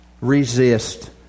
Resist